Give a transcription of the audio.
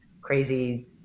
crazy